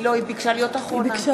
בבקשה.